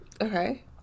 Okay